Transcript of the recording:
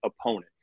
opponent